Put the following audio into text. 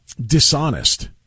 dishonest